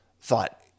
thought